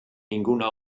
ninguna